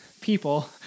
people